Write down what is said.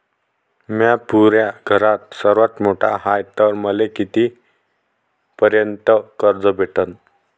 म्या पुऱ्या घरात सर्वांत मोठा हाय तर मले किती पर्यंत कर्ज भेटन?